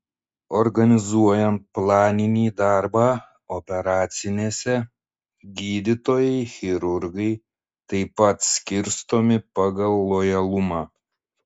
organizuojant planinį darbą operacinėse gydytojai chirurgai taip pat skirstomi pagal lojalumą